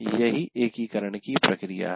यह एकीकरण की प्रक्रिया है